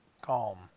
calm